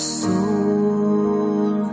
soul